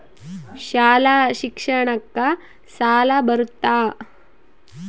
ಶಾಲಾ ಶಿಕ್ಷಣಕ್ಕ ಸಾಲ ಬರುತ್ತಾ?